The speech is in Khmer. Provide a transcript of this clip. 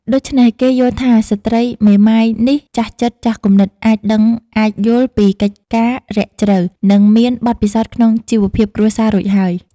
ដូច្នេះ គេយល់ថាស្ត្រីមេម៉ាយនេះចាស់ចិត្តចាស់គំនិតអាចដឹងអាចយល់ពីកិច្ចការណ៍រាក់ជ្រៅ និងមានបទពិសោធន៍ក្នុងជីវភាពគ្រួសាររួចហើយ ។